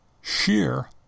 shear